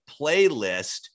playlist